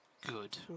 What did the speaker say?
good